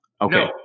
Okay